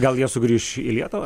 gal jie sugrįš į lietuvą